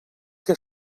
que